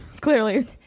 clearly